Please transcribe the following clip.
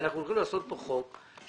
אנחנו הולכים לעשות כאן חוק שהרגולציה